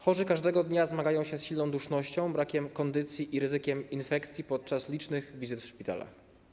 Chorzy każdego dnia zmagają się z silną dusznością, brakiem kondycji i ryzykiem infekcji podczas licznych wizyt w szpitalach.